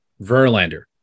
Verlander